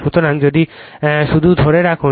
সুতরাং যদি শুধু ধরে রাখুন